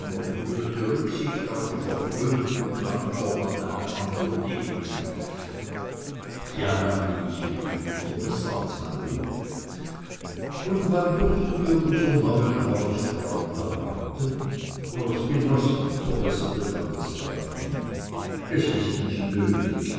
gebührende rücksicht auf die verpönten klangformen einer anderen nehmen ja lanni ich bin mitunter besser als mein ruf und wann dürfen wir unseren neuen hausfreund erwarten hausgenossen verbesserte van der straaten es ist nicht nötig